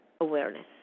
awareness